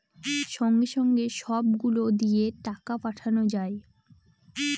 সঙ্গে সঙ্গে সব গুলো দিয়ে টাকা পাঠানো যায়